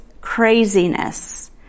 craziness